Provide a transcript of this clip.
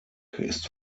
ist